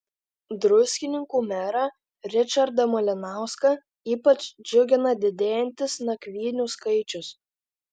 druskininkų merą ričardą malinauską ypač džiugina didėjantis nakvynių skaičius